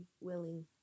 willing